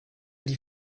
die